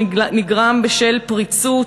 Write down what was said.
שנגרם בשל פריצות,